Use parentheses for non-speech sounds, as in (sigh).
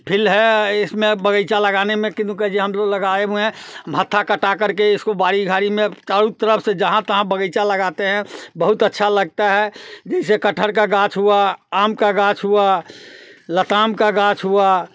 (unintelligible) है इसमें बगीचा लगाने में (unintelligible) हैं जी हम लगाए हुए हैं भट्ठा कटा करके इसको बाड़ी घाड़ी में चारों तरफ से जहाँ तहाँ बगीचा लगाते हैं बहुत अच्छा लगता है जैसे कटहल का गाछ हुआ आम का गाछ हुआ लताम का गाछ हुआ